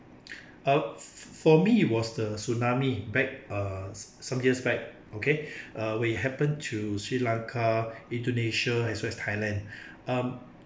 orh for me it was the tsunami back uh some years back okay uh when it happened to sri lanka indonesia as well as thailand um